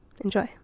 enjoy